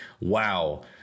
wow